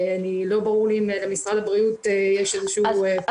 לא ברור לי אם למשרד הבריאות יש פתרון.